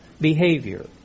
behavior